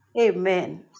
amen